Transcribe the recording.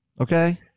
Okay